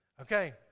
Okay